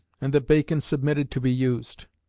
and that bacon submitted to be used.